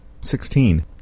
Sixteen